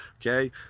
okay